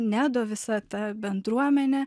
nedo visa ta bendruomenė